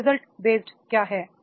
result based क्या होगा